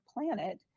planet